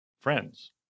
friends